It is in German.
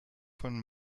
von